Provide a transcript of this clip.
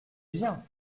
bien